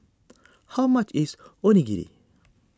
how much is Onigiri